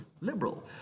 liberal